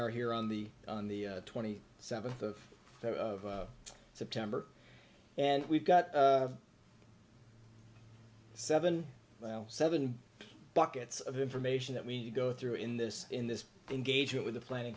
are here on the on the twenty seventh of september and we've got seven seven buckets of information that we need to go through in this in this engagement with the planning